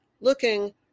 looking